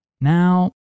Now